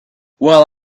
well